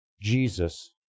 Jesus